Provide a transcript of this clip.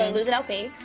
ah lose an lp.